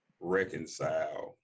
reconcile